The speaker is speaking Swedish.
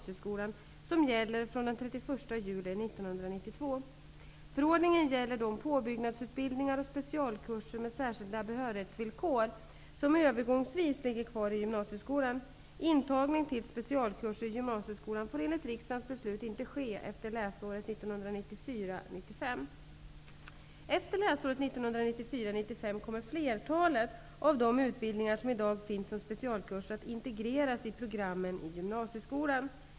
Efter läsåret 1994/95 kommer flertalet av de utbildningar som i dag finns som specialkurser att integreras i programmen i gymnasieskolan.